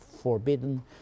forbidden